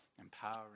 empowering